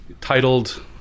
titled